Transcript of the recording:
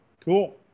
Cool